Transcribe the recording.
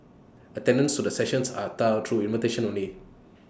attendance to the sessions are through invitation only